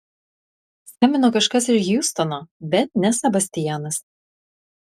skambino kažkas iš hjustono bet ne sebastianas